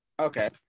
okay